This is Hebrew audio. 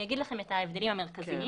אני אגיד לכם את ההבדלים המרכזיים.